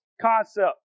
concept